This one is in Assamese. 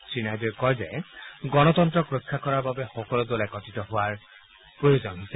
শ্ৰীনাইডুৱে কয় যে গণতন্ত্ৰ ৰক্ষাৰ বাবে সকলো দল একত্ৰিত হোৱাৰ প্ৰয়োজন হৈছে